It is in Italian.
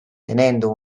tenendo